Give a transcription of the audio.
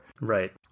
Right